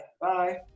Bye